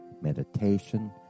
meditation